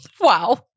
Wow